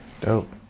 dope